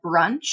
brunch